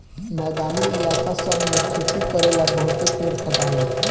मैदानी इलाका सब मे खेती करेला बहुते पेड़ कटाला